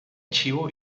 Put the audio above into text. chivo